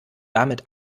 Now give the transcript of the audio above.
damit